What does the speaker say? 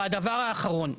והדבר האחרון,